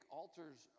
altars